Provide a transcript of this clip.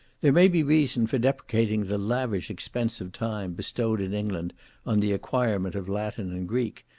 there may be reason for deprecating the lavish expense of time bestowed in england on the acquirement of latin and greek,